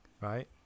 right